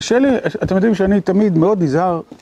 שאלה, אתם יודעים שאני תמיד מאוד נזהר.